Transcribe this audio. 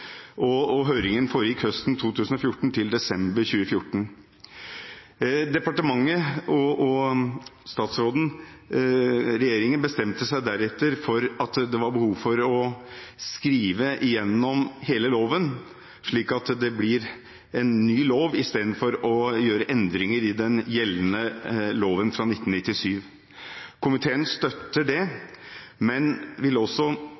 og høringen foregikk høsten 2014 – fram til desember 2014. Departementet bestemte seg deretter for at det var behov for å skrive igjennom hele loven, slik at det blir en ny lov, i stedet for å gjøre endringer i den gjeldende loven fra 1997. Komiteen støtter det, men er også